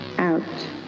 out